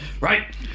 Right